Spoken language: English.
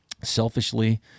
selfishly